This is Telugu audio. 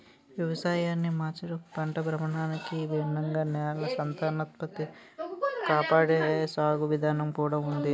వ్యవసాయాన్ని మార్చడం, పంట భ్రమణానికి భిన్నంగా నేల సంతానోత్పత్తి కాపాడే సాగు విధానం కూడా ఉంది